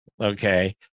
Okay